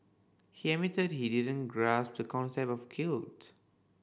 he admitted he didn't grasp the concept of guilt